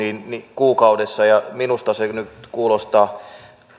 kuukaudessa minusta se nyt kuulostaa